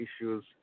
issues